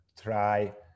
try